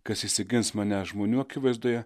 kas išsigins mane žmonių akivaizdoje